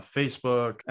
facebook